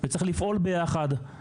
וצריך לפעול ביחד.